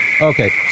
Okay